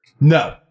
No